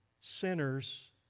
sinners